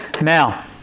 Now